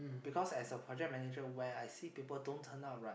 because as a project manager when I see people don't turn up right